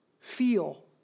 feel